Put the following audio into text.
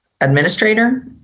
administrator